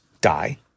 die